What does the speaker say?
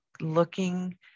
looking